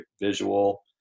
visual